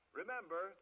Remember